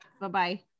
Bye-bye